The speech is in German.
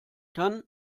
kann